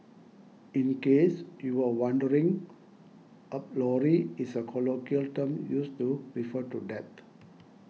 in case you were wondering Up lorry is a colloquial term used to refer to death